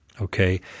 Okay